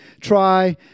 try